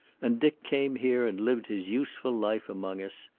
and dick came here and lived his useful life among us.